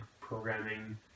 programming